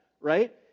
right